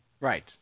Right